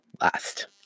last